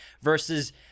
versus